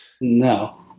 No